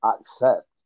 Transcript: accept